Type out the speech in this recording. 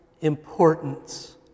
importance